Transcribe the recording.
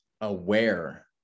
aware